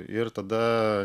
ir tada